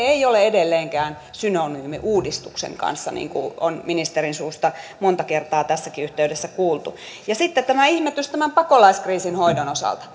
ei ole edelleenkään synonyymi uudistuksen kanssa niin kuin on ministerin suusta monta kertaa tässäkin yhteydessä kuultu sitten tämä ihmetys tämän pakolaiskriisin hoidon osalta